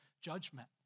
judgment